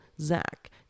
Zach